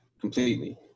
completely